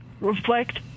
reflect